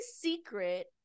secret